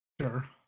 Sure